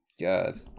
god